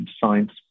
science